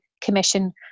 commission